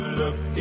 look